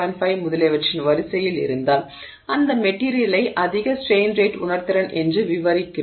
5 முதலியவற்றின் வரிசையில் இருந்தால் அந்த மெட்டிரியலை அதிக ஸ்ட்ரெய்ன் ரேட் உணர்திறன் என்று விவரிக்கிறோம்